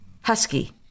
husky